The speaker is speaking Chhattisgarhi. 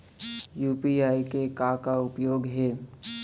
यू.पी.आई के का उपयोग हे?